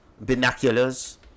binoculars